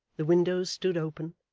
the windows stood open,